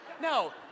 No